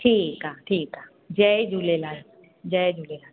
ठीकु आहे ठीकु आहे जय झूलेलाल जय झूलेलाल